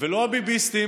ולא ה"ביביסטים",